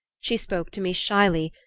she spoke to me shyly,